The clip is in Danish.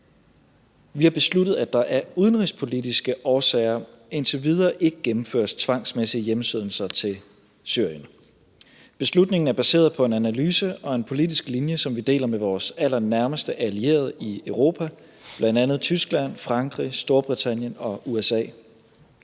Vi har besluttet, at der af udenrigspolitiske årsager indtil videre ikke gennemføres tvangsmæssige hjemsendelser til Syrien. Beslutningen er baseret på en analyse og en politisk linje, som vi deler med vores allernærmeste allierede i Europa, bl.a. Tyskland, Frankrig og Storbritannien og USA.